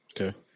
Okay